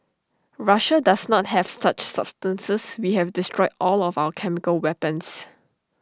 Russia does not have such substances we have destroyed all of our chemical weapons